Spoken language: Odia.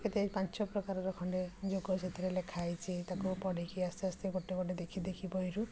କେତେ ପାଞ୍ଚ ପ୍ରକାରର ଖଣ୍ଡେ ଯୋଗ ସେଥିରେ ଲେଖା ହେଇଛି ତାକୁ ପଢ଼ିକି ଆସ୍ତେ ଆସ୍ତେ ଗୋଟେ ଗୋଟେ ଦେଖି ଦେଖି ବହିରୁ